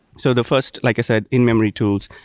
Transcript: so the first, like i said, in-memory tools.